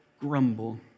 grumble